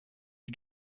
you